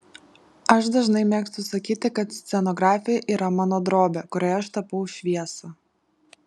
aš dažnai mėgstu sakyti kad scenografija yra mano drobė kurioje aš tapau šviesa